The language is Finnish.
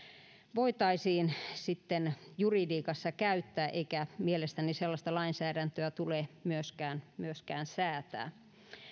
voitaisiin sitten juridiikassa käyttää eikä mielestäni sellaista lainsäädäntöä tule myöskään myöskään säätää